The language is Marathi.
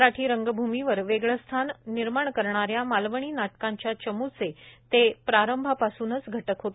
मराठी रंगभूमीवर वेगळं स्थान निर्माण करणाऱ्या मालवणी नाटकांच्या चमूचे ते प्रारंभापासूनचे घटक होते